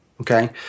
okay